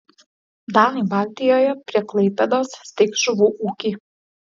danai baltijoje prie klaipėdos steigs žuvų ūkį